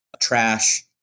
trash